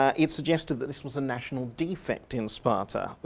ah it suggested that this was a national defect in sparta,